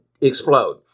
explode